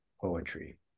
poetry